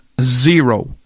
zero